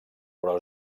però